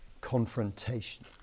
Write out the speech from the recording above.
confrontation